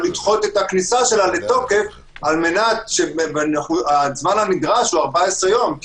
לדחות את כניסתה לתוקף כי הזמן הנדרש הוא 14 יום.